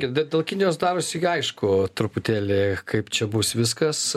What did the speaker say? girdi dėl kinijos darosi aišku truputėlį kaip čia bus viskas